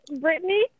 Brittany